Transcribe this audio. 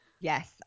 yes